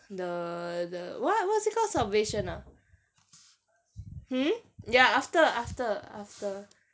the the what what is it called salvation ah hmm ya after after after